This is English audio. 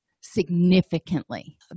significantly